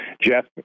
Jeff